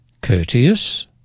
courteous